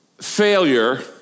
failure